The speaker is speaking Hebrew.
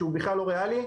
שזה בכלל לא ריאלי.